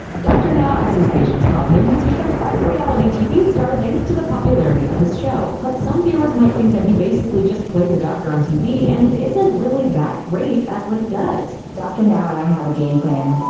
dr. now, as his patients call him, has become quite the reality tv star thanks to the popularity of his show. but some viewers might think that he basically just plays a doctor on tv, and isn't really that great at what he does. dr. now and i have a game plan.